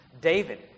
David